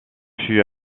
fut